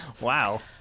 Wow